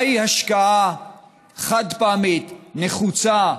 מהי השקעה חד-פעמית נחוצה,